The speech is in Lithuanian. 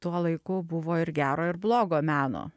tuo laiku buvo ir gero ir blogo meno